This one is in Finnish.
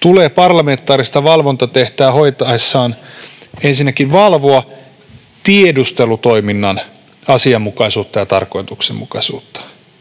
tulee parlamentaarista valvontatehtävää hoitaessaan ensinnäkin ”valvoa tiedustelutoiminnan asianmukaisuutta ja tarkoituksenmukaisuutta”.